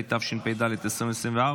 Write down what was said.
התשפ"ד 2024,